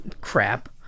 Crap